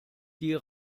die